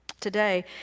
today